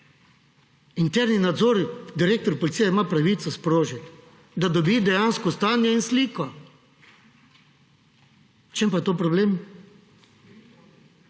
interni nadzor. Direktor policije ima pravico sprožiti, da dobi dejansko stanje in sliko. V čem pa je to problem?